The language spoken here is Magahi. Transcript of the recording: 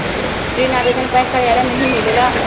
ऋण आवेदन बैंक कार्यालय मे ही मिलेला?